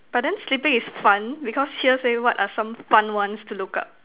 but then sleeping is fun because here say what are some fun ones to look up